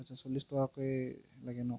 আচ্ছা চল্লিছ টকাকৈ লাগে ন